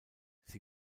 sie